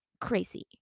crazy